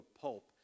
pulp